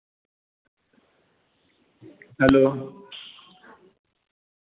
hello